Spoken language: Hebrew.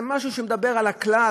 זה משהו שמדבר על הכלל,